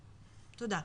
תודה.